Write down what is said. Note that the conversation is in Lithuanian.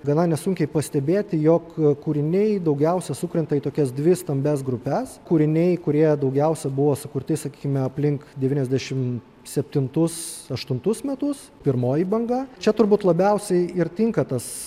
gana nesunkiai pastebėti jog kūriniai daugiausia sukrenta į tokias dvi stambias grupes kūriniai kurie daugiausia buvo sukurti sakykime aplink devyniasdešim septintus aštuntus metus pirmoji banga čia turbūt labiausiai ir tinka tas